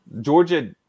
Georgia